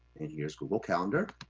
and here's google calendar.